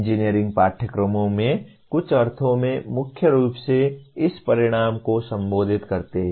engineering पाठ्यक्रमों के कुछ अर्थों में मुख्य रूप से इस परिणाम को संबोधित करते हैं